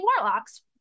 warlocks